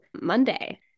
monday